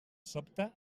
sobte